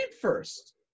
first